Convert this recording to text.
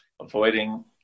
avoiding